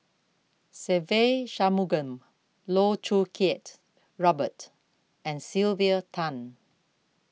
Se Ve Shanmugam Loh Choo Kiat Robert and Sylvia Tan